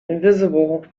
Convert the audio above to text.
invisible